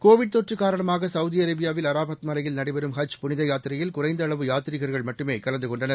Covid தொற்றுகாரணமாகசவுதிஅரேபியாவில் Arafat மலையில் நடைபெறும் ஹஜ் புனிதயாத்திரையில் குறைந்தஅளவு யாத்ரிகர்கள் மட்டுமேகலந்துகொண்டனர்